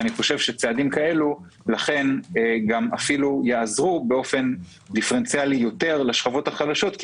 לכן צעדים כאלה אפילו יעזרו באופן דיפרנציאלי יותר לשכבות החלשות,